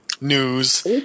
news